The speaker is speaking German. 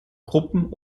gruppen